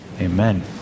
amen